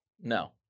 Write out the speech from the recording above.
No